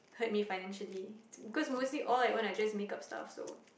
hurt me financially cause mostly all I own is just makeup stuff so you know